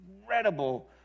incredible